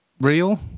Real